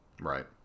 Right